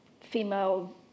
female